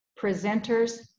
presenters